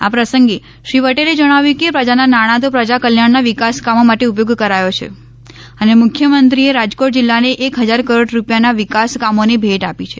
આ પ્રસંગે શ્રી પટેલે ણાવ્યું કે પ્રજાના નાણા તો પ્રજા કલ્યાણના વિકાસ કામો માટે ઉપયોગ કરાયું છે અને મુખ્યમંત્રીએ રા કોટ ઊલ્લાને એક ફજાર કરોડ રૂપિયાના વિકાસ કામોની ભેટ આપી છે